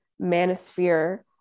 manosphere